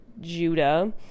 Judah